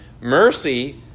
Mercy